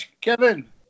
Kevin